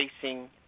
facing